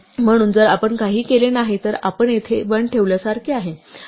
म्हणून जर आपण काहीही केले नाही तर आपण येथे 1 ठेवल्यासारखे आहे